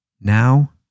now